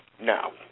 No